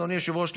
אדוני היושב-ראש,